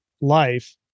life